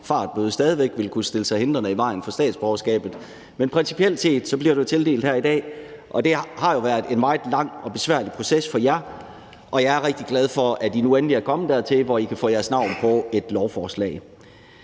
fartbøde stadig væk vil kunne stille sig hindrende i vejen for statsborgerskabet. Men principielt set bliver det tildelt her i dag, og det har været en meget lang og besværlig proces for jer, og jeg er rigtig glad for, at I nu endelig er kommet dertil, hvor I kan få jeres navn på et lovforslag.